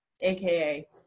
aka